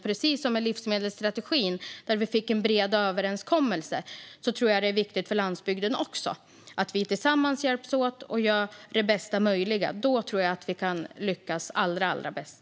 Precis som med livsmedelsstrategin, där vi fick en bred överenskommelse, tror jag att det är viktigt för landsbygden att vi tillsammans hjälps åt och gör det bästa möjliga. Då tror jag att vi kan lyckas allra bäst.